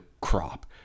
crop